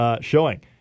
showing